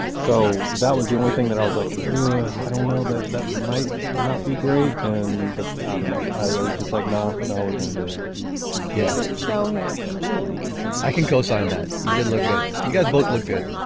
so that was the only thing that i was like i don't know that that might not be great. and but not no i was just like no no we're going to do it yeah. so handsome too i can co-sign that. you did look at you guys both look good.